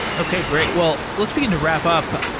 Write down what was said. okay. great. well, let's begin to wrap up.